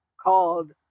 called